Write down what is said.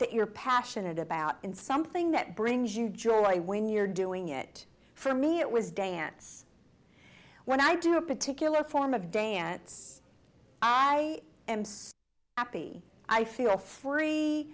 that you're passionate about and something that brings you joy when you're doing it for me it was dance when i do a particular form of dance i am happy i feel free